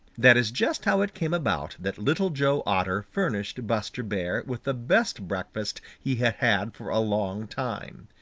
that is just how it came about that little joe otter furnished buster bear with the best breakfast he had had for a long time.